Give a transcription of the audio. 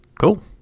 Cool